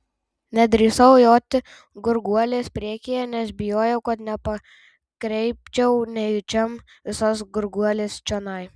nedrįsau joti gurguolės priekyje nes bijojau kad nepakreipčiau nejučiom visos gurguolės čionai